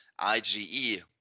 IGE